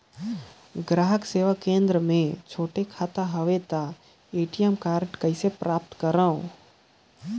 ग्राहक सेवा केंद्र मे छोटे खाता हवय त ए.टी.एम कारड कइसे प्राप्त करव?